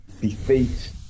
defeat